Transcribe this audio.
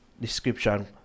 Description